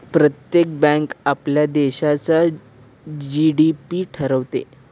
प्रत्येक बँक आपल्या देशाचा जी.डी.पी ठरवते